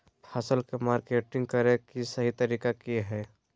फसल के मार्केटिंग करें कि सही तरीका की हय?